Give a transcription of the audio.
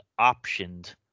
optioned